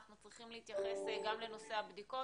אנחנו צריכים להתייחס גם לנושא הבדיקות.